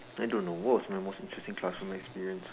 I don't know what was my most interesting classroom experience